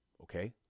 Okay